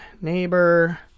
Neighbor